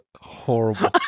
horrible